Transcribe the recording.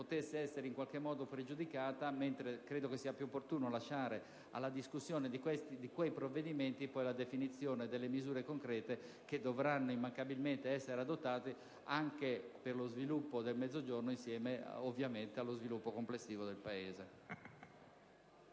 provvedimenti che ad essa seguiranno. Credo sia più opportuno lasciare alla discussione di quei provvedimenti la definizione delle misure concrete che dovranno immancabilmente essere adottate anche per lo sviluppo del Mezzogiorno, insieme allo sviluppo complessivo del Paese.